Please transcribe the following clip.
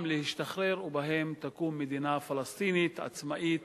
להשתחרר ובהם תקום מדינה פלסטינית עצמאית